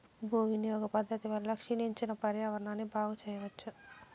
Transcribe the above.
భూ వినియోగ పద్ధతి వల్ల క్షీణించిన పర్యావరణాన్ని బాగు చెయ్యచ్చు